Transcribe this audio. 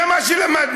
זה מה שלמדנו.